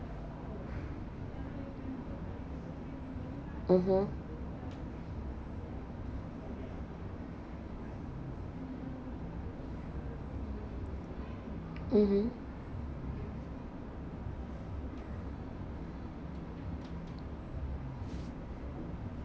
mmhmm mmhmm